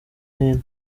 hino